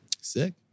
Sick